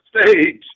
stage